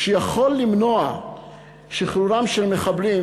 שיכול למנוע שחרור מחבלים